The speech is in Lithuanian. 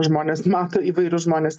žmonės mato įvairius žmones